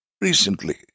Recently